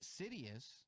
Sidious